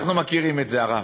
אנחנו מכירים את זה, הרב.